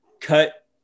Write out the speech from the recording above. cut